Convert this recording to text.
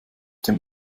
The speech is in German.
dem